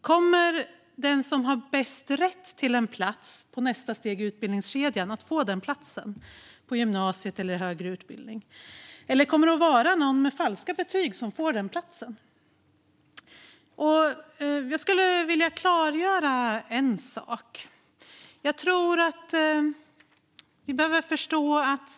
Kommer den som har mest rätt till en plats på nästa steg i utbildningskedjan att få den platsen på gymnasiet eller högre utbildning eller kommer det att vara någon med falska betyg som får platsen? Jag skulle vilja klargöra en sak som jag tror att vi behöver förstå.